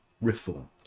reform